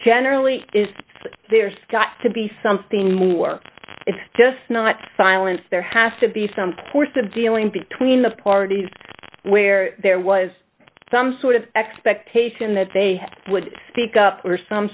generally is there's got to be something more it's just not silence there has to be some force of dealing between the parties where there was some sort of expectation that they would speak up or some